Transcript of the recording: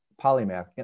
polymath